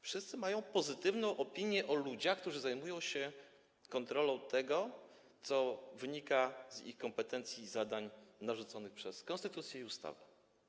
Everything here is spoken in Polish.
Wszyscy mają pozytywną opinię o ludziach, którzy zajmują się kontrolą tego, co wynika z ich kompetencji i zadań narzuconych przez konstytucję i ustawę.